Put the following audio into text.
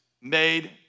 made